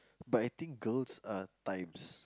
but I think girls are times